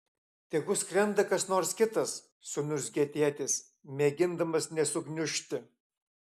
tegu skrenda kas nors kitas suniurzgė tėtis mėgindamas nesugniužti